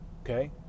Okay